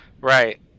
right